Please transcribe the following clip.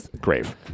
grave